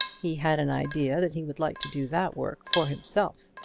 he had an idea that he would like to do that work for himself.